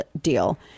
deal